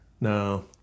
No